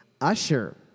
Usher